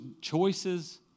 choices